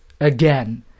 again